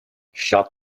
shut